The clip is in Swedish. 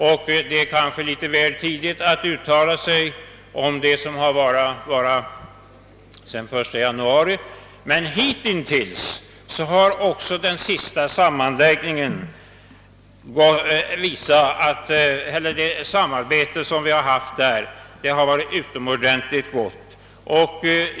Det är kanske litet väl tidigt att uttala sig om vad som skett sedan den 1 januari, men hitintills har också det samarbete som vi haft efter den senaste sammanläggningen varit mycket gott.